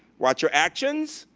watch your actions,